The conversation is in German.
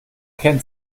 kennt